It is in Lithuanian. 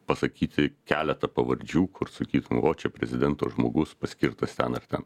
pasakyti keletą pavardžių kur sakytum o čia prezidento žmogus paskirtas ten ar ten